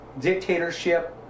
dictatorship